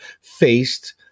faced